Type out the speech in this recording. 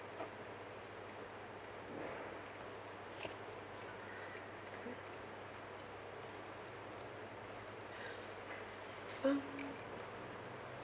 um